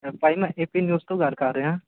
ਭਾਅ ਜੀ ਮੈਂ ਏ ਪੀ ਨਿਊਜ਼ ਤੋਂ ਗੱਲ ਕਰ ਰਿਹਾ